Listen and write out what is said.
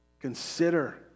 Consider